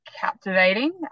captivating